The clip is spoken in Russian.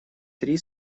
три